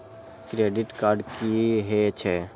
Credit card की हे छे?